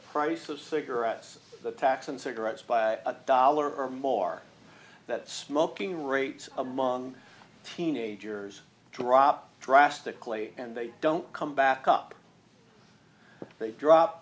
price of cigarettes the tax on cigarettes by a dollar or more that smoking rates among teenagers drop drastically and they don't come back up they drop